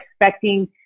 expecting